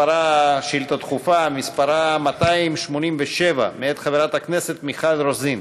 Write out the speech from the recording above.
שאילתה דחופה שמספרה 287 מאת חברת הכנסת מיכל רוזין,